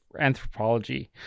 anthropology